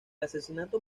asesinato